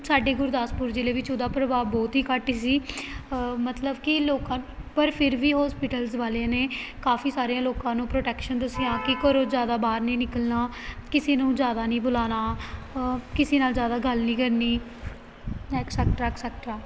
ਸਾਡੇ ਗੁਰਦਾਸਪੁਰ ਜਿਲ੍ਹੇ ਵਿੱਚ ਉਹਦਾ ਪ੍ਰਭਾਵ ਬਹੁਤ ਹੀ ਘੱਟ ਸੀ ਮਤਲਬ ਕਿ ਲੋਕਾਂ ਪਰ ਫਿਰ ਵੀ ਹੋਸਪੀਟਲਸ ਵਾਲਿਆਂ ਨੇ ਕਾਫ਼ੀ ਸਾਰਿਆਂ ਲੋਕਾਂ ਨੂੰ ਪ੍ਰੋਟੈਕਸ਼ਨ ਦੱਸੀਆਂ ਕਿ ਘਰੋਂ ਜ਼ਿਆਦਾ ਬਾਹਰ ਨਹੀਂ ਨਿਕਲਣਾ ਕਿਸੀ ਨੂੰ ਜ਼ਿਆਦਾ ਨਹੀਂ ਬੁਲਾਉਣਾ ਕਿਸੀ ਨਾਲ ਜ਼ਿਆਦਾ ਗੱਲ ਨਹੀਂ ਕਰਨੀ ਐਕਸੈਕਟਰਾ ਐਕਸੈਕਟਰਾ